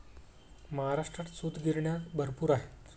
महाराष्ट्रात सूतगिरण्या भरपूर आहेत